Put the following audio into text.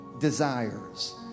desires